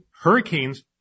hurricanes